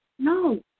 No